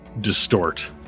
distort